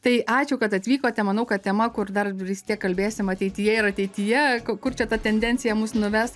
tai ačiū kad atvykote manau kad tema kur dar vis tiek kalbėsim ateityje ir ateityje kur čia ta tendencija mus nuves